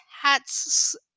hats